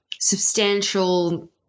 substantial